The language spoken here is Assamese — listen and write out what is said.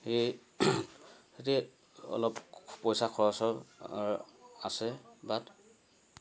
সেই অলপ পইচা খৰচৰ আছে বাট